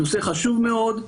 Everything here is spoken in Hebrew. נושא חשוב מאוד,